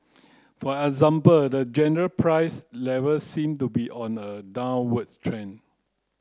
for example the general price level seem to be on a downwards trend